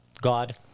God